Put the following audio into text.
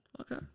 Okay